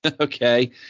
okay